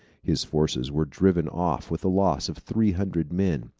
his forces were driven off with a loss of three hundred men.